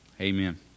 Amen